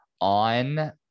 on